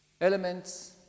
elements